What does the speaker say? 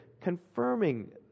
confirming